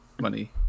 Money